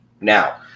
Now